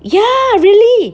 ya really